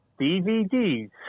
DVDs